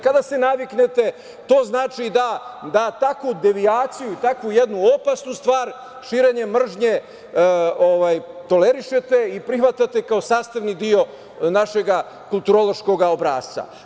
Kada se naviknete, to znači da takvu devijaciju, da takvu jednu opasnu stvar, širenje mržnje tolerišete i prihvatate kao sastavni deo našeg kulturološkog obrasca.